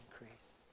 Increase